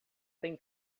tem